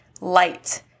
light